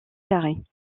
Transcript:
carrée